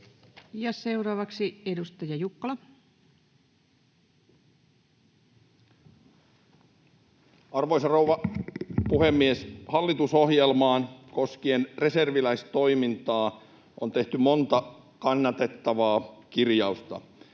seuraavaksi edustaja Jukkola. Arvoisa rouva puhemies! Hallitusohjelmaan on tehty reserviläistoimintaa koskien monta kannatettavaa kirjausta.